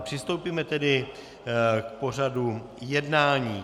Přistoupíme tedy k pořadu jednání.